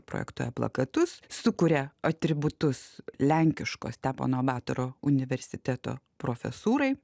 projektuoja plakatus sukuria atributus lenkiško stepono batoro universiteto profesūrai